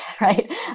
right